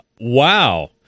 Wow